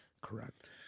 Correct